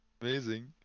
Amazing